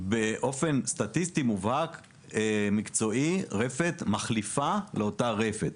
באופן סטטיסטי מובהק מקצועי רפת מחליפה לאותה רפת.